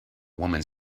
woman